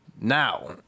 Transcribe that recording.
now